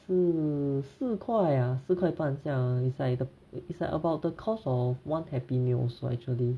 是四块啊四块半这样 it's like it's like about the cost of one happy meal so actually